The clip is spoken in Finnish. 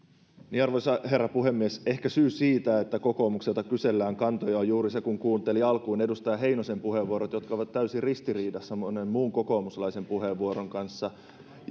arvoisa herra puhemies ehkä syy siihen että kokoomukselta kysellään kantoja on juuri se että kun kuunteli alkuun edustaja heinosen puheenvuorot niin ne ovat täysin ristiriidassa monen muun kokoomuslaisen puheenvuorojen kanssa